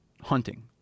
hunting